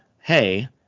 hey